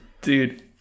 Dude